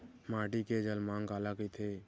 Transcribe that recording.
माटी के जलमांग काला कइथे?